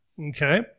Okay